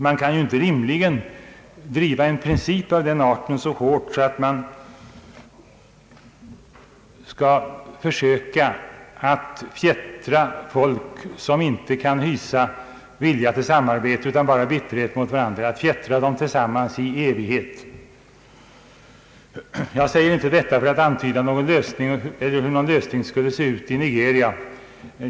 Man kan inte rimligen driva en princip av den arten så hårt, att den innebär att man försöker fjättra folk, som inte kan hysa vilja till samarbete utan bara bitterhet mot varandra, tillsammans i evighet. Jag säger inte detta för att antyda hur en lösning skulle se ut när det gäller Nigeria.